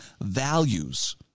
values